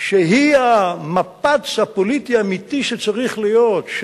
שהיא המפץ הפוליטי האמיתי שצריך להיות,